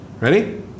Ready